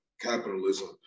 capitalism